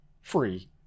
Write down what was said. free